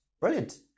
Brilliant